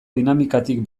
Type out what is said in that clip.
dinamikatik